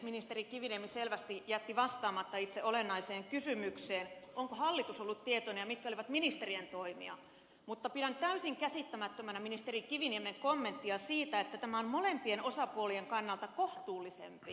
ministeri kiviniemi selvästi jätti vastaamatta itse olennaiseen kysymykseen onko hallitus ollut tietoinen ja mitkä olivat ministerien toimia mutta pidän täysin käsittämättömänä ministeri kiviniemen kommenttia siitä että tämä on molempien osapuolien kannalta kohtuullisempi